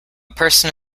person